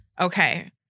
Okay